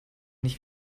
nicht